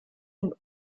den